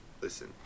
Listen